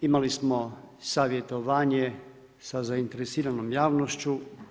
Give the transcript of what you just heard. Imali smo savjetovanje sa zainteresiranom javnošću.